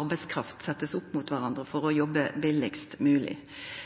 arbeidskraft blir sett opp imot kvarandre, for å jobba billigast